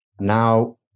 Now